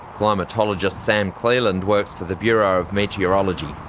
climatologist sam cleland works for the bureau of meteorology,